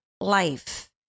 life